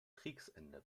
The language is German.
kriegsende